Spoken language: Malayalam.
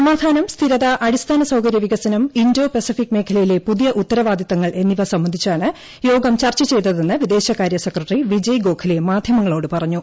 സമാധാനം സ്ഥിരത അടിസ്ഥാന സൌകര്യ വികസ്നം ഇന്തോ പസഫിക് മേഖലയിലെ പുതിയ ഉത്തരവാദ്ദീത്തങ്ങൾ എന്നിവ സംബന്ധിച്ചാണ് യോഗം ചർച്ച ചെയ്തരി്ന്റ് വിദേശകാരൃ സെക്രട്ടറി വിജയ് ഗോഖലെ മാധ്യമങ്ങളോട് പ്റഞ്ഞു